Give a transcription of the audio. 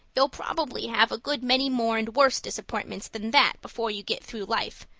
you'll probably have a good many more and worse disappointments than that before you get through life,